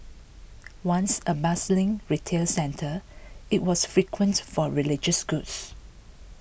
once a bustling retail centre it was frequented for religious goods